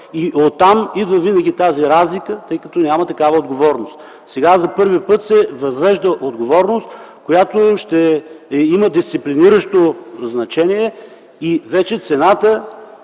и оттам идва винаги тази разлика, тъй като няма такава отговорност. Сега за първи път се възвежда отговорност, която ще има дисциплиниращо значение и вече цената